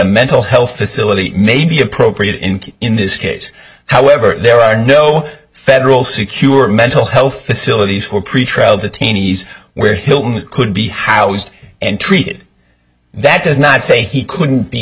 mental health facility may be appropriate in in this case however there are no federal secure mental health facilities for pretrial detainees where hilton could be housed and treated that does not say he couldn't be